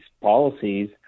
policies